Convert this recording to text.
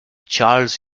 charles